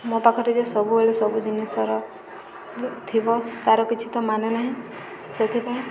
ମୋ ପାଖରେ ଯେ ସବୁବେଳେ ସବୁ ଜିନିଷର ଥିବ ତାର କିଛି ତ ମାନେ ନାହିଁ ସେଥିପାଇଁ